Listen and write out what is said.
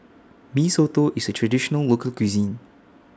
Mee Soto IS A Traditional Local Cuisine